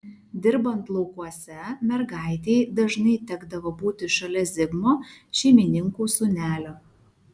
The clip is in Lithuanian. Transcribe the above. dirbant laukuose mergaitei dažnai tekdavo būti šalia zigmo šeimininkų sūnelio